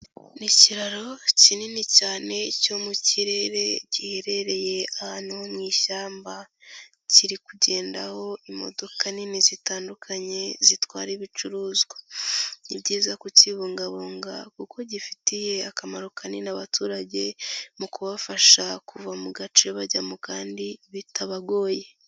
Ni ikiraro kinini cyane cyo mu kirere giherereye ahantu ho mu ishyamba kiri kugendaho imodoka nini zitandukanye zitwara ibicuruzwa, ni byiza kukibungabunga kuko gifitiye akamaro kanini abaturage mu kubafasha kuva mu gace bajya mu kandi bitabagoye.